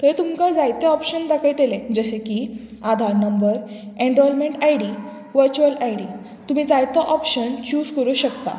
थंय तुमकां जायते ऑप्शन दाखयतले जशें की Aadhaar number enrolment ID virtual ID तुमी जायतो ऑप्शन चूज करूं शकता